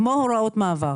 כמו הוראות מעבר.